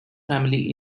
family